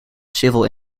civil